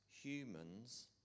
humans